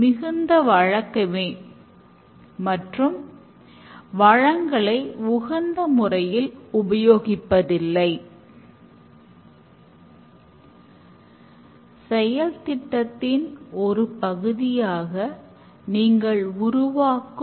எiஐல் கொள்கை கூறுவதென்றால் அனைவரும் மாதிரியை உருவாக்கி மேம்படுத்துகிறார்கள் ஒருங்கிணைந்த சோதனையும் மிகவும் முக்கியம்